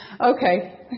Okay